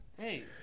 Hey